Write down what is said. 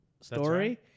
story